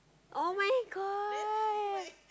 [oh]-my-god